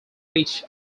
rich